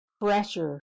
pressure